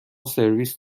سرویس